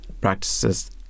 practices